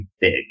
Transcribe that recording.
big